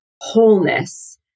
wholeness